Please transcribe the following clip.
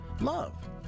Love